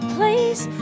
Please